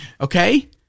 Okay